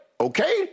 Okay